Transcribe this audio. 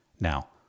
Now